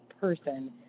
person